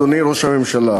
אדוני ראש הממשלה.